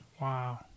Wow